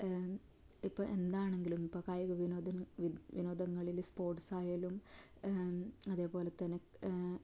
ഇപ്പം എന്താണെങ്കിലും ഇപ്പം കായിക വിനോദന വിനോദങ്ങളിൽ സ്പോർട്സായാലും അതേപോലെ തന്നെ